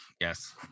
yes